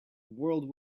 world